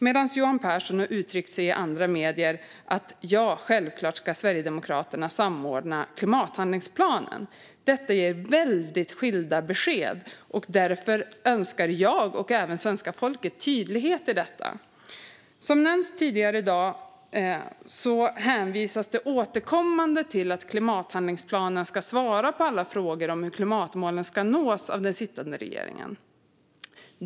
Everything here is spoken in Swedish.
Johan Pehrson har i andra medier uttryckt att Sverigedemokraterna självklart ska vara med och samordna klimathandlingsplanen. Detta ger väldigt skilda besked, och därför önskar jag och svenska folket tydlighet här. Som nämnts tidigare i dag hänvisas det återkommande till att klimathandlingsplanen ska svara på alla frågor om hur klimatmålen ska nås av den sittande regeringen.